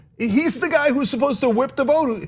he's the guy who's supposed to whip the vote,